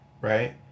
right